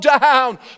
down